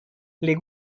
les